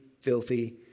filthy